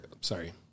Sorry